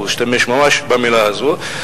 הוא השתמש ממש במלה הזאת,